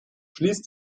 schließt